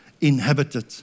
inhabited